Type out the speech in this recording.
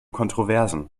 kontroversen